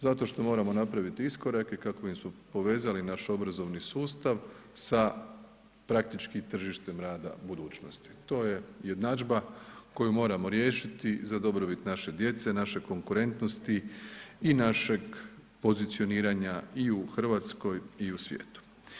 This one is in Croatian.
Zato što moramo napraviti iskorak i kako bismo povezali naš obrazovni sustav sa praktički tržištem rada u budućnosti, to je jednadžba koju moramo riješiti za dobrobit naše djece, naše konkurentnosti i našeg pozicioniranja i u RH i u svijetu.